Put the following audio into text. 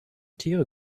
tiere